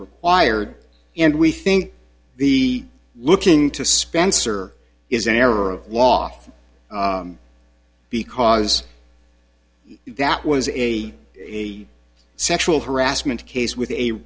required and we think the looking to spencer is an error of law because that was a sexual harassment case with a